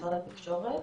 התקשורת.